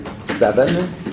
Seven